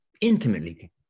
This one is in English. intimately